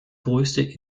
größte